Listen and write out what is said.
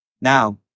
Now